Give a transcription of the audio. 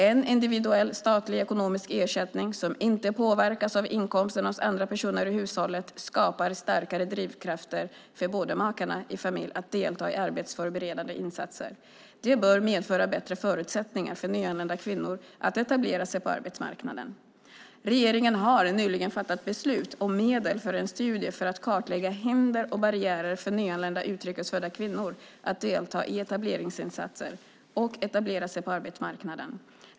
En individuell statlig ekonomisk ersättning som inte påverkas av inkomsterna hos andra personer i hushållet skapar starkare drivkrafter för båda makarna i en familj att delta i arbetsförberedande insatser. Det bör medföra bättre förutsättningar för nyanlända kvinnor att etablera sig på arbetsmarknaden. Regeringen har nyligen fattat beslut om medel för en studie för att kartlägga hinder och barriärer för nyanlända utrikes födda kvinnor att delta i etableringsinsatser och etablera sig på arbetsmarknaden.